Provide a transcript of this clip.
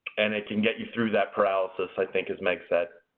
and it can get you through that paralysis, i think, as meg said.